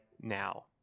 now